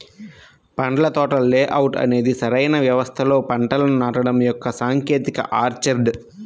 పండ్ల తోటల లేఅవుట్ అనేది సరైన వ్యవస్థలో పంటలను నాటడం యొక్క సాంకేతికత ఆర్చర్డ్